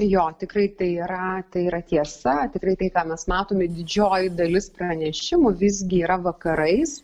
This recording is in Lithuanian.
jo tikrai tai yra tai yra tiesa tikrai tai ką mes matome didžioji dalis pranešimų visgi yra vakarais